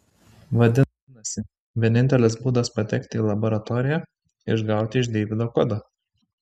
vadinasi vienintelis būdas patekti į laboratoriją išgauti iš deivido kodą